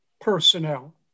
personnel